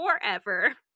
forever